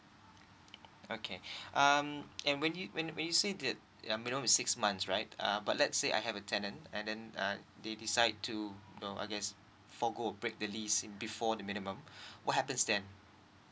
okay um and when you when you say that their minimum is six months right uh but let's say I have a tenant and then uh they decide to no I guess for go or break the lease before the minimum what happens then